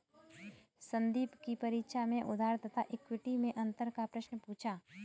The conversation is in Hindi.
संदीप की परीक्षा में उधार तथा इक्विटी मैं अंतर का प्रश्न पूछा